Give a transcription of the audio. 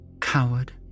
Coward